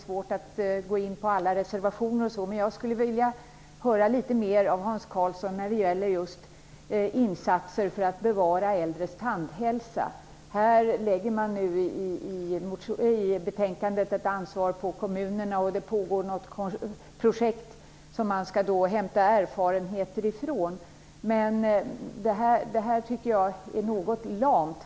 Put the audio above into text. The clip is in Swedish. Herr talman! Jag inser att det är svårt att gå in på alla reservationer på 15 minuter. Jag skulle ändå vilja höra litet mer av Hans Karlsson när det gäller insatser för att bevara äldres tandhälsa. I betänkandet lägger man ett ansvar på kommunerna, och det pågår något projekt som man skall hämta erfarenheter från. Det tycker jag är något lamt.